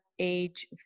age